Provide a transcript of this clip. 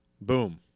Boom